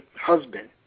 husband